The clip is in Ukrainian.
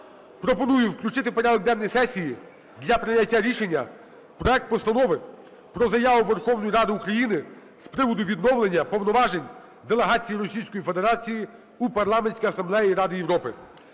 Пропоную включити в порядок денний сесії для прийняття рішення проект Постанови про Заяву Верховної Ради України з приводу відновлення повноважень делегації Російської Федерації у Парламентській асамблеї Ради Європи